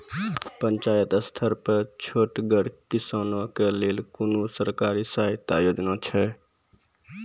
पंचायत स्तर पर छोटगर किसानक लेल कुनू सरकारी सहायता योजना छै?